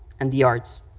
and the arts.